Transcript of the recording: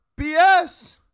BS